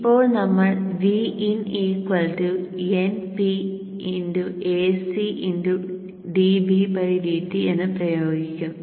ഇപ്പോൾ നമ്മൾ Vin Np Ac dBdt എന്ന് പ്രയോഗിക്കും